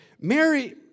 Mary